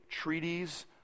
treaties